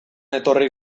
etorri